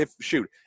shoot